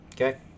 okay